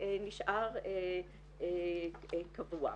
נשאר קבוע.